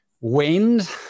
wind